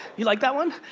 you like that one?